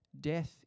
death